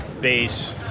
base